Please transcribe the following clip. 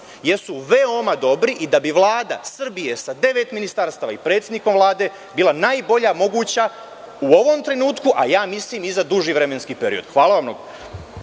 jesu veoma dobri i da bi Vlada Srbije sa devet ministarstava i predsednikom Vlade bila najbolja moguća u ovom trenutku, a mislim i za duži vremenski period. **Maja